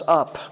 up